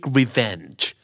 revenge